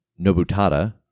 Nobutada